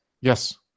Yes